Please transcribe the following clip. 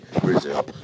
Brazil